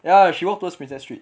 ya she walked towards prinsep street